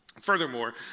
Furthermore